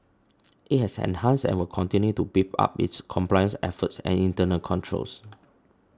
it has enhanced and will continue to beef up its compliance efforts and internal controls